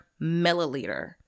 milliliter